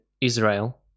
Israel